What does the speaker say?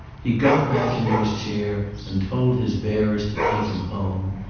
he got back into his chair and told his bearers to take him home.